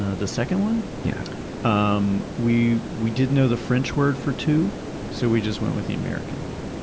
ah the second one? yeah um we we did know the french word for two so we just went with the american one.